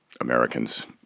Americans